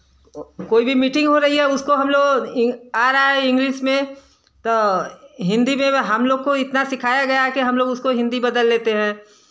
कोई भी मीटिंग हो रही है उसको हम लोग ही आ रहा है इंग्लिस में त हिंदी में हम लोग को इतना सिखाया गया है कि हम लोग उसको हिंदी बदल लेते हैं